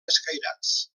escairats